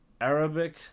Arabic